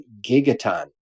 gigaton